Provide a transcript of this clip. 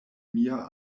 mia